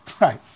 Right